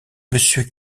monsieur